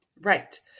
Right